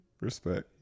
Respect